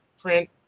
print